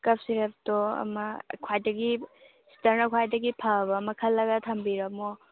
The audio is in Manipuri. ꯀꯐ ꯁꯤꯔꯞꯇꯣ ꯑꯃ ꯈ꯭ꯋꯥꯏꯗꯒꯤ ꯁꯤꯁꯇꯔꯅ ꯈꯑꯩꯁꯏꯗꯒꯤ ꯐꯕ ꯑꯃ ꯈꯜꯂꯒ ꯊꯝꯕꯤꯔꯝꯃꯣ